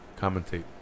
Commentate